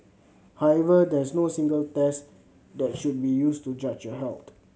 however there is no single test that should be used to judge your health